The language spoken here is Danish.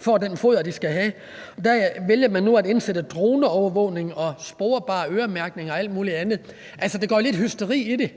får det foder, de skal have, og der vælger man nu at indføre droneovervågning og sporbar øremærkning og alt muligt andet. Altså, der går lidt hysteri i det,